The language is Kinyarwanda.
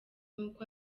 nk’uko